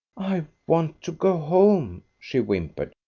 i want to go home, she whimpered.